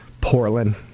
Portland